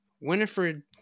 Winifred